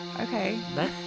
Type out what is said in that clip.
Okay